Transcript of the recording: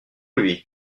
lui